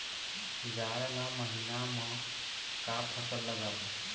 जाड़ ला महीना म का फसल लगाबो?